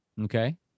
Okay